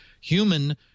human